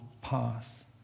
pass